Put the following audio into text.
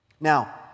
Now